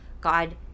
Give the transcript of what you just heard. God